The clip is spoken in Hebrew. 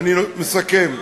אני מסכם.